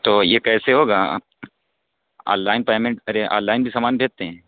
تو یہ کیسے ہوگا آن لائن پیمنٹ سر یہ آن لائن بھی سامان بھیجتے ہیں